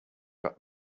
got